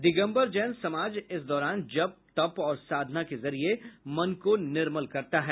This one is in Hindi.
दिगम्बर जैन समाज इस दौरान जप तप और साधना के जरिए मन को निर्मल करता है